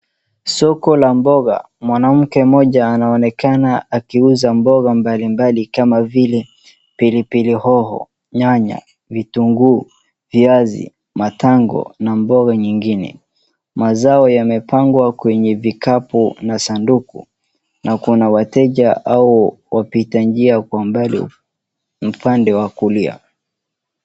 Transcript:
Soko la mboga, mwanamke mmoja anaonekana akiuza mboga mbalimbali kama vile pilipili hoho, nyanya, vitunguu, viazi, matango, na mboga nyingine. Mazao yamepangwa kwenye vikapu na sanduku na kuna wateja au wapita njia kwa mbali upande wa kulia.